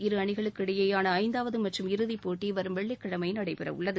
இரு அணிகளுக்கு இடையிலான ஐந்தாவது மற்றும் இறுதிப்போட்டி வரும் வெள்ளிக்கிழமை நடைபெறவுள்ளது